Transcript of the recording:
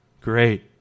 Great